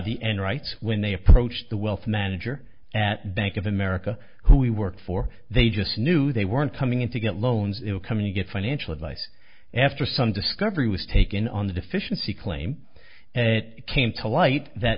writes when they approached the wealth manager at bank of america who we work for they just knew they weren't coming in to get loans it would come to get financial advice after some discovery was taken on the deficiency claim and it came to light that